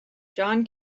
john